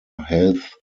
health